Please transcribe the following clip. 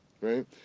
right